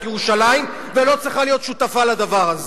ירושלים ולא צריכה להיות שותפה לדבר הזה.